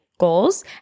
Goals